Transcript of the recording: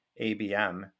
ABM